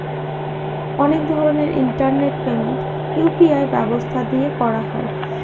অনেক রকমের internet payment UPI ব্যবস্থা দিয়ে করা হয়